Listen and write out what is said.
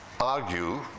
argue